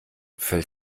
fällt